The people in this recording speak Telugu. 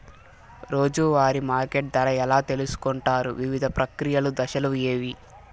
రోజూ వారి మార్కెట్ ధర ఎలా తెలుసుకొంటారు వివిధ ప్రక్రియలు దశలు ఏవి?